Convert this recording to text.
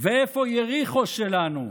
ואיפה יריחו שלנו,